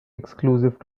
exclusive